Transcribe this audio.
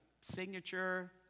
signature